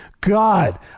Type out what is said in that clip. God